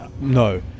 no